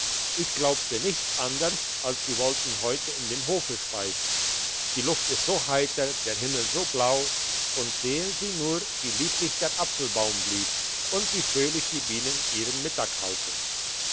ich glaubte nicht anders als sie wollten heute in dem hofe speisen die luft ist so heiter der himmel so blau und sehen sie nur wie lieblich der apfelbaum blüht und wie fröhlich die bienen ihren mittag halten